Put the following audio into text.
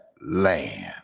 land